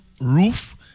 roof